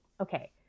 okay